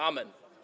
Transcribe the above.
Amen.